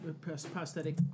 prosthetic